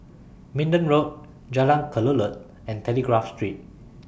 Minden Road Jalan Kelulut and Telegraph Street